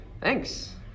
thanks